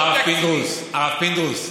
הרב פינדרוס,